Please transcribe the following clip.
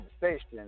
conversation